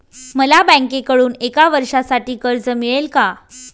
मला बँकेकडून एका वर्षासाठी कर्ज मिळेल का?